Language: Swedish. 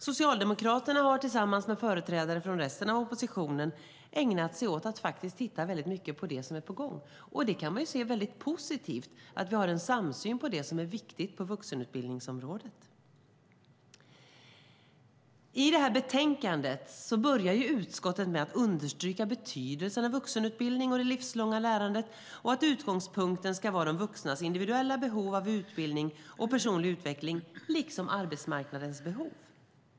Socialdemokraterna har tillsammans med företrädare för resten av oppositionen ägnat sig åt att titta väldigt mycket på det som är på gång. Det kan man se som väldigt positivt och som att vi har en samsyn på vad som är viktigt på vuxenutbildningsområdet. I betänkandet börjar utskottet med att understryka betydelsen av vuxenutbildning och det livslånga lärandet och att utgångspunkten ska vara de vuxnas individuella behov av utbildning och personlig utveckling liksom arbetsmarknadens behov.